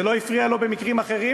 זה לא הפריע לו במקרים אחרים,